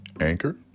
Anchor